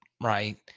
right